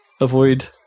avoid